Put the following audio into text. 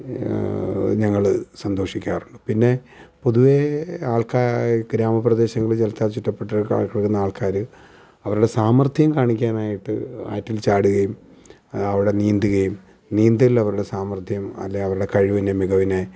ഞങ്ങൾ സന്തോഷിക്കാറുള്ളൂ പിന്നെ പൊതുവെ ആൾക്കാർ ഗ്രാമപ്രദേശങ്ങൾ ജലത്താൽ ചുറ്റപ്പെട്ട് കിടക്കുന്ന ആൾക്കാർ അവരുടെ സാമർത്ഥ്യം കാണിക്കാനായിട്ട് ആറ്റിൽ ചാടുകയും അവിടെ നീന്തുകയും നീന്തൽ അവരുടെ സാമർത്ഥ്യം അല്ലെങ്കിൽ അവരുടെ കഴിവിനെ മികവിനെ